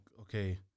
okay